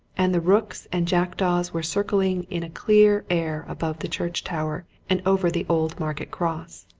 and the rooks and jackdaws were circling in a clear air about the church tower and over the old market-cross.